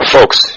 Folks